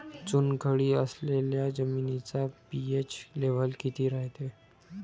चुनखडी असलेल्या जमिनीचा पी.एच लेव्हल किती रायते?